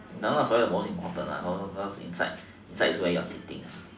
got a lot of accessories is most important [what] cause cause cause inside inside is where you're sitting